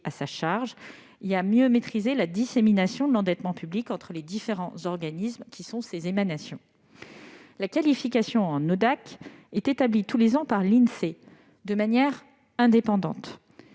à sa charge et à mieux maîtriser la dissémination de l'endettement public entre les différents organismes. La qualification en ODAC est établie tous les ans par l'Insee de manière indépendante